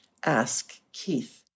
askkeith